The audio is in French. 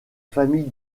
famille